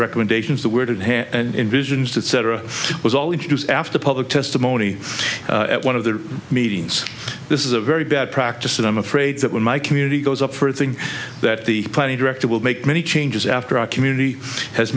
recommendations that were in visions that cetera was all introduced after public testimony at one of the meetings this is a very bad practice and i'm afraid that when my community goes up for a thing that the director will make many changes after our community has